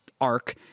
arc